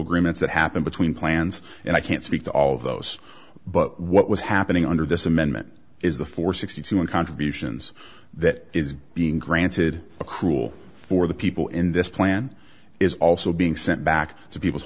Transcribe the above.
agreements that happen between plans and i can't speak to all of those but what was happening under this amendment is the four hundred and sixty one contributions that is being granted a cruel for the people in this plan is also being sent back to people's